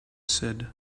said